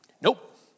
Nope